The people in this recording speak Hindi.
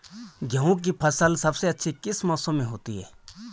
गेहूँ की फसल सबसे अच्छी किस मौसम में होती है